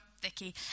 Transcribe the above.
Vicky